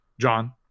John